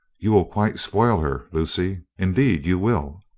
you will quite spoil her, lucy indeed you will.